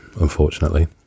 unfortunately